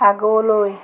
আগলৈ